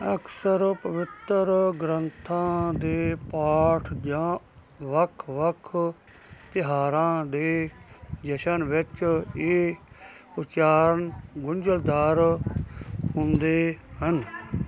ਅਕਸਰ ਪਵਿੱਤਰ ਗ੍ਰੰਥਾਂ ਦੇ ਪਾਠ ਜਾਂ ਵੱਖ ਵੱਖ ਤਿਉਹਾਰਾਂ ਦੇ ਜਸ਼ਨ ਵਿੱਚ ਇਹ ਉਚਾਰਣ ਗੁੰਝਲਦਾਰ ਹੁੰਦੇ ਹਨ